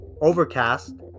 Overcast